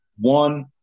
One